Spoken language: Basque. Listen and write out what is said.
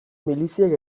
miliziek